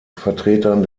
vertretern